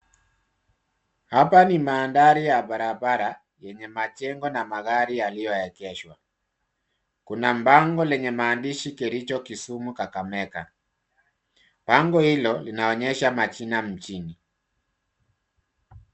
Hapa ni mandhari ya barabara yenye majengo na magari yalio egeshwa kuna bango la maandishi Kericho, Kisumu, Kakamega. Bango hilo linaonyesha majina mjini.